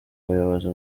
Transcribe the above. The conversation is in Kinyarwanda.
buyobozi